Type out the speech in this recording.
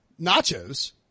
nachos